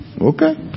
Okay